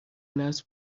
نصب